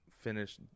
finish